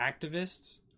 activists